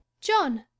john